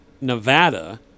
Nevada